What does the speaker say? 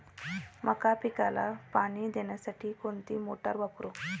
मका पिकाला पाणी देण्यासाठी कोणती मोटार वापरू?